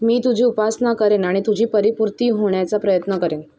मी तुझी उपासना करेन आणि तुझी परिपूर्ती होण्याचा प्रयत्न करेन